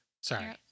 Sorry